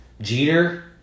Jeter